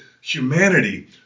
humanity